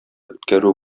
үткәрү